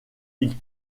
ils